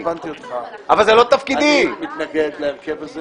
הבנתי, אתה מתכתב איתי דרך מנהלות ועדה.